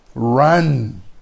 Run